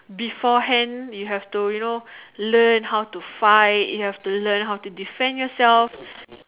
before hand you have to you know learn how to fight you have to learn how to defend yourself